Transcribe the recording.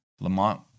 Lamont